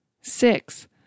Six